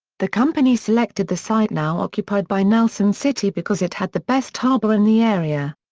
the company selected the site now occupied by nelson city because it had the best harbour in the area.